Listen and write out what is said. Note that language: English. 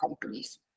companies